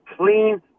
clean